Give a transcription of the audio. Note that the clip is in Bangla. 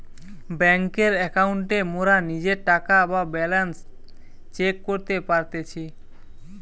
বেংকের একাউন্টে মোরা নিজের টাকা বা ব্যালান্স চেক করতে পারতেছি